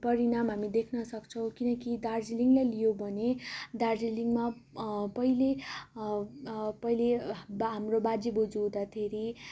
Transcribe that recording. परिणाम हामी देख्न सक्छौँ किनकि दार्जिलिङलाई लियो भने दार्जिलिङमा पहिले पहिले हाम्रो बाजे बोजू हुँदाखेरि